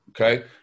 okay